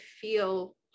feel